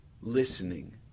listening